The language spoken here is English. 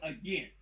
again